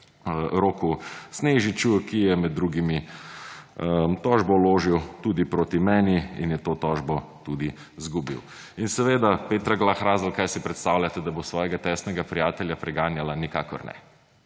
Roku Snežiču, ki je med drugim tožbo vložil tudi proti meni, in je to tožbo tudi izgubil. In seveda Petra Grah Lazar, kaj si predstavljate, da bo svojega tesnega prijatelja preganjala? Nikakor ne.